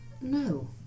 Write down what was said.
No